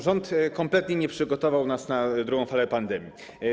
Rząd kompletnie nie przygotował nas na drugą falę pandemii.